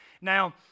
Now